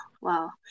wow